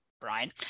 Brian